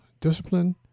discipline